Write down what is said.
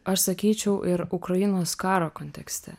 aš sakyčiau ir ukrainos karo kontekste